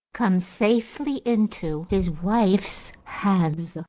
come safely into his wife's hands,